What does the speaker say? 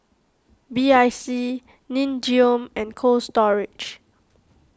B I C Nin Jiom and Cold Storage